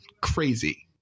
crazy